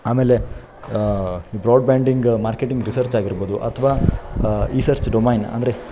ಆಮೇಲೆ ಈ broadbanding marketing research ಆಗಿರ್ಬೋದು ಅಥವಾ ಈ ಸರ್ಚ್ ಡೊಮೈನ್ ಅಂದರೆ